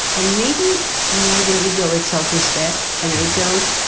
and maybe more than ego. it's self respect. and i don't.